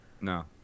no